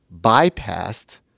bypassed